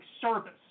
service